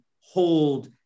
hold